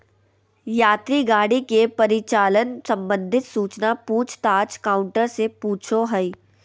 यात्री गाड़ी के परिचालन संबंधित सूचना पूछ ताछ काउंटर से पूछो हइ